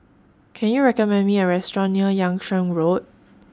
Can YOU recommend Me A Restaurant near Yung Sheng Road